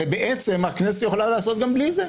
הרי בעצם הכנסת יכולה לעשות גם בלי זה.